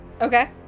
okay